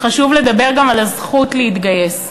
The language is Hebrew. חשוב לדבר גם על הזכות להתגייס.